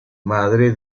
madre